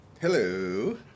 Hello